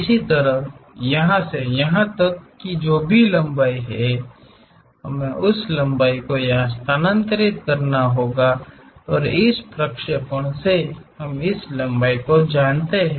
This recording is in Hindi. इसी तरह यहाँ से यहाँ तक कि जो भी लंबाई है हमें उस लंबाई को यहाँ से स्थानांतरित करना है और इस प्रक्षेपण से हम इस लंबाई को जानते हैं